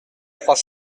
trois